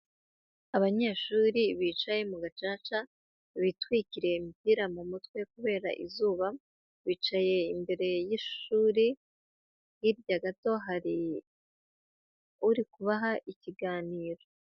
Abanyeshuri bicaye mu gacaca, bitwikiriye imipira mu mutwe kubera izuba, bicaye imbere y'ishuri, hirya gato hari uri kubaha ikiganiro.